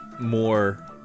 more